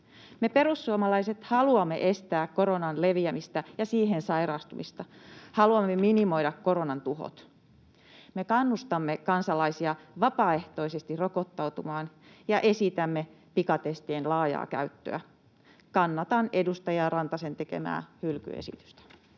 Me perussuomalaiset haluamme estää koronan leviämistä ja siihen sairastumista. Haluamme minimoida koronan tuhot. Me kannustamme kansalaisia vapaaehtoisesti rokottautumaan ja esitämme pikatestien laajaa käyttöä. Kannatan edustaja Rantasen tekemää hylkyesitystä.